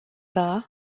dda